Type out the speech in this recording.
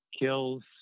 kills